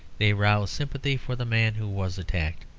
they roused sympathy for the man who was attacked.